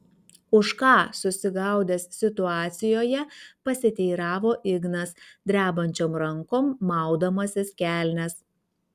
už ką susigaudęs situacijoje pasiteiravo ignas drebančiom rankom maudamasis kelnes